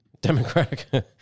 Democratic